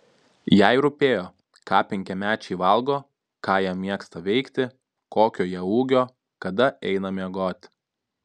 jai rūpėjo ką penkiamečiai valgo ką jie mėgsta veikti kokio jie ūgio kada eina miegoti